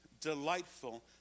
delightful